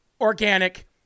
organic